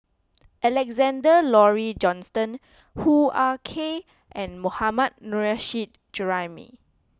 Alexander Laurie Johnston Hoo Ah Kay and Mohammad Nurrasyid Juraimi